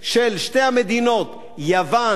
של שתי המדינות יוון וספרד,